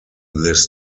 this